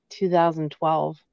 2012